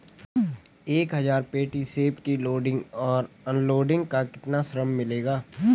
एक हज़ार पेटी सेब की लोडिंग और अनलोडिंग का कितना श्रम मिलेगा?